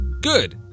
good